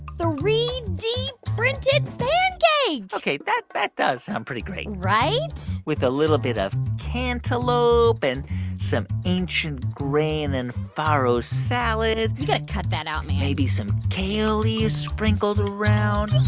three d printed pancake ok, that that does sound pretty great right? with a little bit of cantaloupe and some ancient grain and farro salad you've got to cut that out, man maybe some kale leaves sprinkled around,